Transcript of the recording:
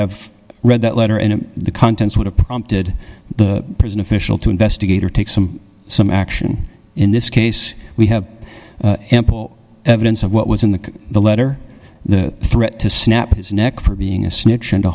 have read that letter and the contents would have prompted the prison official to investigate or take some some action in this case we have ample evidence of what was in the the letter the threat to snap his neck for being a snitch